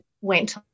went